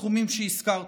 בתחומים שהזכרתי.